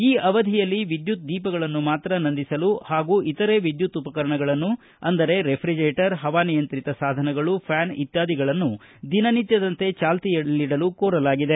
ಈ ಅವಧಿಯಲ್ಲ ವಿದ್ಯುತ್ ದೀಪಗಳನ್ನು ಮಾತ್ರ ನಂದಿಸಲು ಹಾಗೂ ಇತರೆ ವಿದ್ಯುತ್ ಉಪಕರಣಗಳನ್ನು ಅಂದರೆ ರೆಫ್ರಿಜರೇಟರ್ ಹವಾನಿಯಂತ್ರಿತ ಸಾಧನಗಳು ಫ್ಯಾನ್ ಇತ್ಯಾದಿಗಳನ್ನು ದಿನನಿತ್ಯದಂತೆ ಚಾಲ್ತಿಯಲ್ಲಿಡಲು ಕೋರಲಾಗಿದೆ